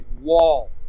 wall